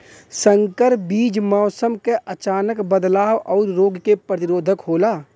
संकर बीज मौसम क अचानक बदलाव और रोग के प्रतिरोधक होला